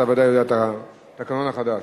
אתה ודאי יודע את התקנון החדש.